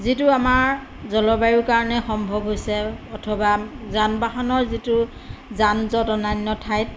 যিটো আমাৰ জলবায়ুৰ কাৰণে সম্ভৱ হৈছে অথবা যান বাহনৰ যিটো যান জঁট অন্য়ান্য ঠাইত